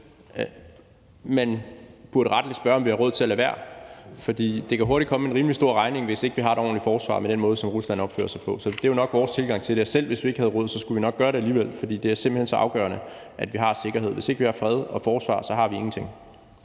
Man burde rettelig spørge, om vi har råd til at lade være, for der kan hurtigt komme en rimelig stor regning, hvis vi ikke har et ordentligt forsvar, med den måde, som Rusland opfører sig på. Så det er jo nok vores tilgang til det, og selv hvis vi ikke havde råd, skulle vi nok gøre det alligevel, fordi det simpelt hen er så afgørende, at vi har sikkerhed. Hvis ikke vi har fred og forsvar, har vi ingenting.